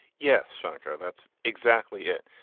yes, shankar, that's exactly it.